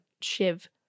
shiv